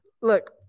look